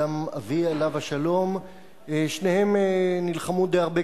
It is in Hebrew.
ואם זה עשר שנים או 20 או שלוש,